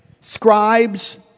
scribes